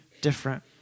different